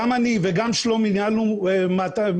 גם אני וגם שלומי ניהלנו מתקנים,